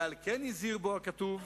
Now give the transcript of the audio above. ועל כן הזהיר בו הכתוב: